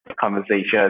conversation